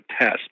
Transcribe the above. test